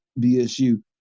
BSU